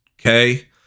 okay